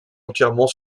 entièrement